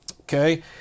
Okay